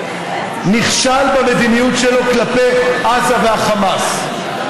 נכשל במדיניות שלו כלפי עזה והחמאס.